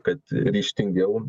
kad ryžtingiau